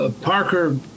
Parker